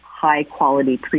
high-quality